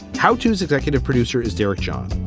how tos executive producer is derek john,